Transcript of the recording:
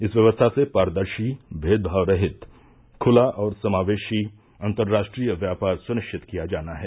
इस व्यवस्था से पारदर्शी भेदभाव रहित खुला और समावेशी अंतरराष्ट्रीय व्यापार सुनिश्चित किया जाना है